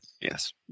Yes